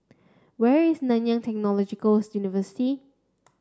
where is Nanyang Technological's University